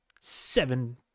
Seven